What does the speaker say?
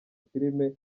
filime